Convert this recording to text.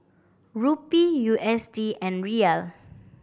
Rupee U S D and Riyal